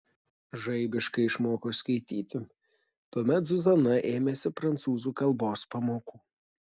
žaibiškai išmoko skaityti tuomet zuzana ėmėsi prancūzų kalbos pamokų